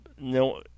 no